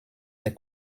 des